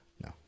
No